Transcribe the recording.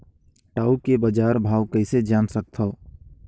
टाऊ के बजार भाव कइसे जान सकथव?